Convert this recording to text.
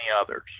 others